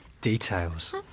details